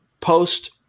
post